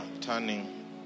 turning